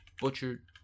butchered